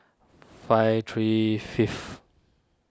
five three fifth